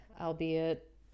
albeit